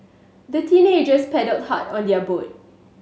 the teenagers paddled hard on their boat